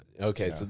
Okay